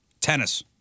tennis